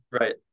Right